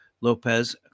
Lopez